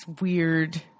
weird